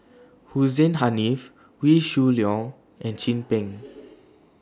Hussein Haniff Wee Shoo Leong and Chin Peng